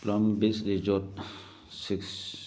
ꯄ꯭ꯔꯥꯝ ꯕꯤꯁ ꯔꯤꯖꯣꯠ ꯁꯤꯛꯁ